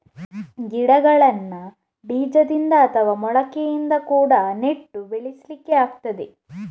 ಗಿಡಗಳನ್ನ ಬೀಜದಿಂದ ಅಥವಾ ಮೊಳಕೆಯಿಂದ ಕೂಡಾ ನೆಟ್ಟು ಬೆಳೆಸ್ಲಿಕ್ಕೆ ಆಗ್ತದೆ